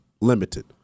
limited